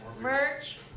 merch